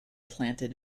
planted